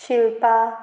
Shilpa